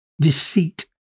deceit